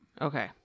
Okay